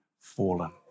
fallen